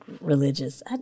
religious